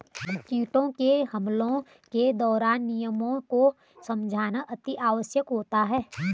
कीटों के हमलों के दौरान नियमों को समझना अति आवश्यक होता है